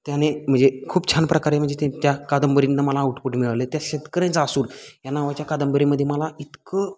त्याने म्हणजे खूप छान प्रकारे म्हणजे ते त्या कादंबरीनं मला आउटपुट मिळालं आहे त्या शेतकऱ्याचा असूड या नावाच्या कादंबरीमध्ये मला इतकं